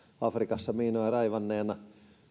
afrikassa miinoja raivanneena